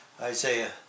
Isaiah